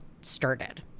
started